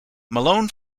malone